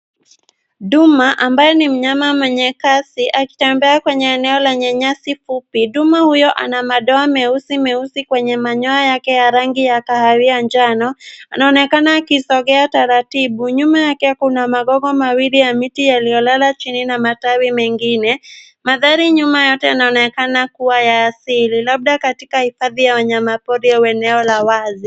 Duma ambaye ni mnyama mwenye kasi, akitembea kwenye eneo lenye nyasi fupi. Duma huyo ana madoa meusi meusi kwenye manyoya yake ya rangi ya kahawia njano. Anaonekana akisongea taratibu. Nyuma yake kuna magogo mawili ya miti yaliyolala chini na matawi mengine. Mandhari nyuma yake inaonekana kuwa ya asili, labda katika hifadhi ya wanyama pori au eneo la wazi.